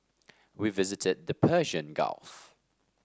we visited the Persian Gulf